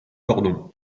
cordon